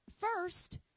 first